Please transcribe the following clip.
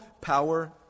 power